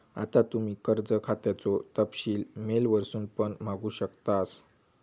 आता तुम्ही कर्ज खात्याचो तपशील मेल वरसून पण मागवू शकतास